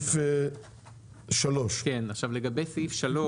סעיף 3. לגבי סעיף 3,